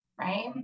right